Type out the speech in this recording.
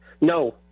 No